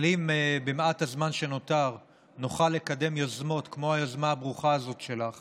אבל אם במעט הזמן שנותר נוכל לקדם יוזמות כמו היוזמה הברוכה הזאת שלך